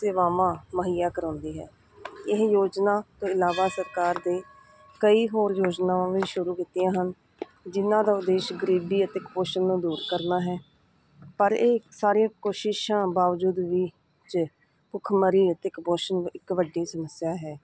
ਸੇਵਾਵਾਂ ਮੁਹੱਈਆ ਕਰਾਉਂਦੀ ਹੈ ਇਹ ਯੋਜਨਾ ਤੋਂ ਇਲਾਵਾ ਸਰਕਾਰ ਦੇ ਕਈ ਹੋਰ ਯੋਜਨਾਵਾਂ ਵੀ ਸ਼ੁਰੂ ਕੀਤੀਆਂ ਹਨ ਜਿਹਨਾਂ ਦਾ ਉਦੇਸ਼ ਗਰੀਬੀ ਅਤੇ ਕੁਪੋਸ਼ਣ ਨੂੰ ਦੂਰ ਕਰਨਾ ਹੈ ਪਰ ਇਹ ਸਾਰੀਆਂ ਕੋਸ਼ਿਸ਼ਾਂ ਬਾਵਜੂਦ ਵੀ ਜੇ ਭੁੱਖਮਰੀ ਅਤੇ ਇੱਕ ਕਪੋਸ਼ਨ ਇੱਕ ਵੱਡੀ ਸਮੱਸਿਆ ਹੈ